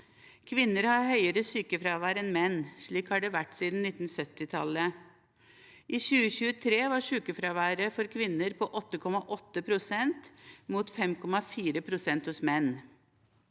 Kvinner har høyere sykefravær enn menn. Slik har det vært siden 1970-tallet. I 2023 var sykefraværet for kvinner på 8,8 pst., mot 5,4 pst. hos menn.